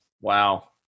Wow